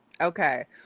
Okay